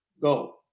Go